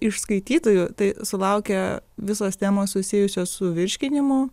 iš skaitytojų tai sulaukia visos temos susijusios su virškinimu